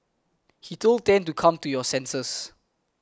he told Tan to come to your senses